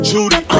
Judy